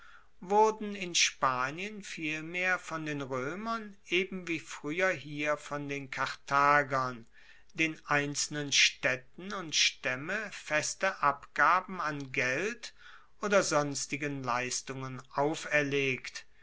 wurden in spanien vielmehr von den roemern eben wie frueher hier von den karthagern den einzelnen staedten und staemmen feste abgaben an geld oder sonstigen leistungen auferlegt